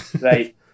Right